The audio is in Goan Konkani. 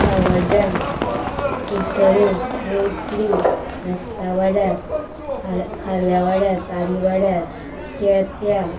सावड्ड्या कुडचडें लोटली नीव वाड्यार खा खाऱ्या वाड्यार तारी वाड्यार केप्यां